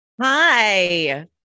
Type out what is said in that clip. Hi